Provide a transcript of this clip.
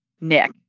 Nick